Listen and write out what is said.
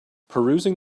perusing